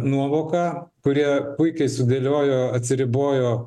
nuovoką kurie puikiai sudėliojo atsiribojo